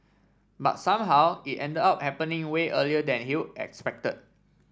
but somehow it end up happening way earlier than you expected